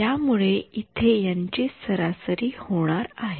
त्यामुळे इथे यांची सरासरी होणार आहे